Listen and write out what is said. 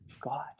god